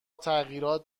تغییرات